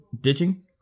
ditching